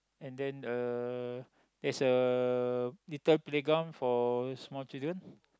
and then uh there's a little playground for small children